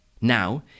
Now